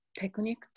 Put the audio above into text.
technique